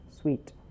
Sweet